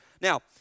Now